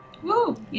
Woo